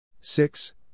six